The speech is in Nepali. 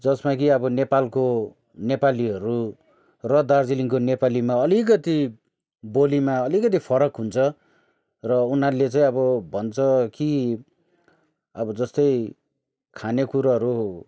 जसमा कि अब नेपालको नेपालीहरू र दार्जिलिङको नेपालीमा अलिकति बोलीमा अलिकति फरक हुन्छ र उनीहरूले चाहिँ अब भन्छ कि अब जस्तै खाने कुरोहरू